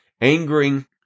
angering